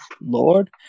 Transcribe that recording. Lord